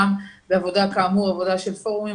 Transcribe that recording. גם בעבודה של פורומים.